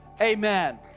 amen